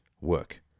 work